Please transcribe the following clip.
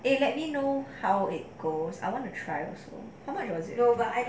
eh you let me know how it goes I want to try also how much was it